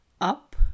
up